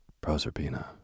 Proserpina